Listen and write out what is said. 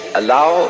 allow